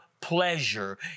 pleasure